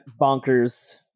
bonkers